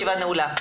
הישיבה נעולה.